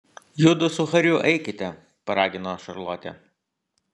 judu su hariu eikite paragino šarlotė